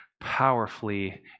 powerfully